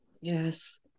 Yes